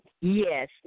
Yes